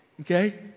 Okay